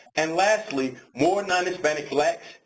and lastly, more non-hispanic blacks,